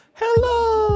Hello